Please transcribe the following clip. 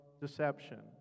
deception